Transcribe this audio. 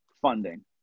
funding